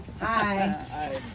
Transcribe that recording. Hi